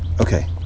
Okay